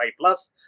Plus